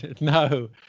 No